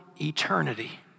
eternity